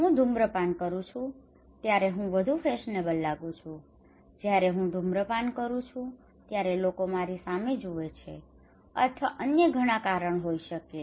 હું ધૂમ્રપાન કરું છું ત્યારે હું વધુ ફેશનેબલ લાગું છું જ્યારે હું ધૂમ્રપાન કરું છું ત્યારે લોકો મારી સામે જુએ છે અથવા અન્ય ઘણા કારણો હોઈ શકે છે